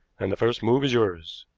and the first move is yours.